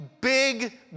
big